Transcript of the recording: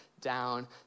down